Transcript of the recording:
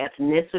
ethnicity